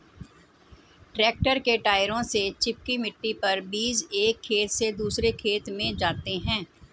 tractor के टायरों से चिपकी मिट्टी पर बीज एक खेत से दूसरे खेत में जाते है